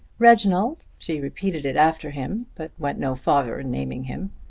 reginald, she repeated it after him, but went no farther in naming him.